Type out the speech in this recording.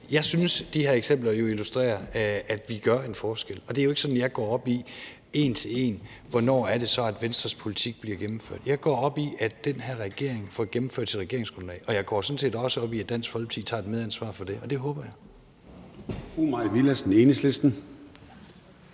Jeg synes, at de her eksempler illustrerer, at vi gør en forskel, og det er jo ikke sådan, at jeg går op i, hvornår Venstres politik bliver gennemført en til en. Jeg går op i, at den her regering får gennemført sit regeringsgrundlag, og jeg går sådan set også op i, at Dansk Folkeparti tager et medansvar for det, og det håber jeg